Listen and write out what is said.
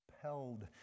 compelled